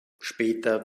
später